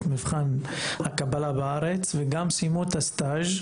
מבחן הקבלה בארץ וגם סיימו את הסטאז',